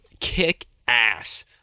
kick-ass